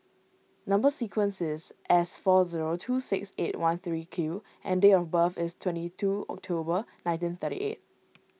Number Sequence is S four zero two six eight one three Q and date of birth is twenty two October nineteen thirty eight